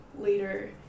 later